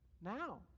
now